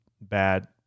bad